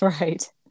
Right